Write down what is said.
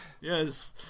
Yes